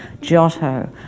Giotto